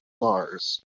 bars